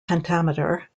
pentameter